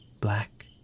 black